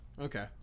Okay